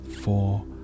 four